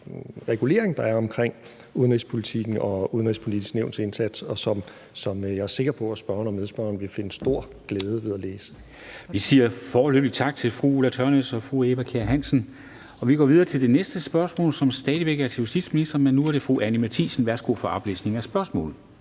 regulering, der er omkring udenrigspolitikken og Udenrigspolitisk Nævns indsats, og som jeg er sikker på at spørgeren og medspørgeren vil finde stor glæde ved at læse. Kl. 13:38 Formanden (Henrik Dam Kristensen): Vi siger foreløbig tak til fru Ulla Tørnæs og fru Eva Kjer Hansen. Vi går videre til det næste spørgsmål, som stadig væk er til justitsministeren, men nu er det fra fru Anni Matthiesen. Kl. 13:38 Spm.